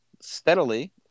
steadily